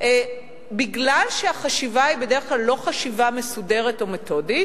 בגלל שהחשיבה היא בדרך כלל לא חשיבה מסודרת או מתודית,